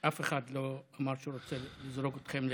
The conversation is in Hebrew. אף אחד לא אמר שהוא רוצה לזרוק אתכם לים.